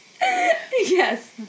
Yes